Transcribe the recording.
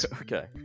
Okay